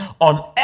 on